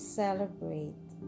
celebrate